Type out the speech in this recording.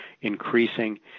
increasing